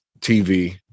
TV